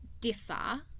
differ